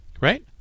right